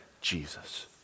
Jesus